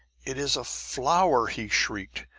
it is a flower! he shrieked,